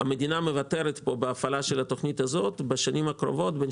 המדינה מוותרת פה בהפעלה של התוכנית הזו בשנים הקרובות על בין